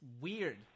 weird